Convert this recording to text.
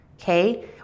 okay